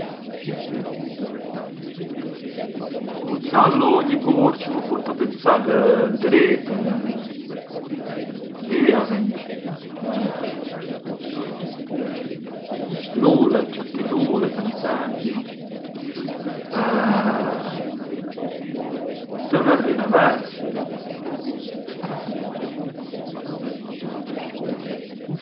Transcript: Pë kullacjon forsi më përqen më shumë të ngrënit të tëmbël, però na u kit diçidirja u, haja sempri sallit, përçë na më fton një xhilat, o una pizza u të skartar sempri la pizza, ngë jan dubbi te kji shurbes, tant’è se kur vejëm te skolla e hijëm te u bar, hijëm me l’idea se kish mirrjëm kornetin e pran mirrjëm i calzoni fritti e shurbise çë l’ashtu di mattina jarrëj atje lart.